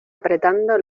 apretando